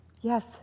Yes